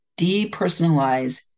depersonalize